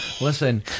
Listen